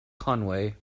conway